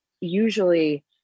usually